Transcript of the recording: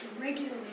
regularly